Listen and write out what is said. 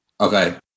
Okay